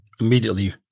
Immediately